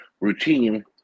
routine